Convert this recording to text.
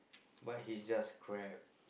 but he's just crap